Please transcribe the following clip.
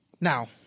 Now